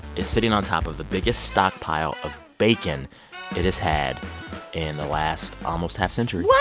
is sitting on top of the biggest stockpile of bacon it has had in the last almost half century? what?